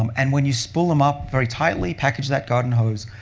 um and when you spool them up very tightly, package that garden hose,